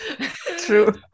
True